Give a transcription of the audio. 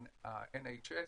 ה-NHS,